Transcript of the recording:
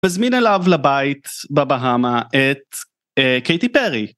נזמין אליו לבית בבאהמא את קייטי פרי.